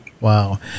wow